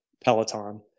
Peloton